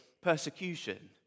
persecution